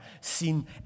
seen